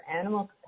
animal